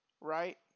Right